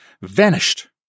vanished